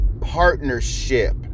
partnership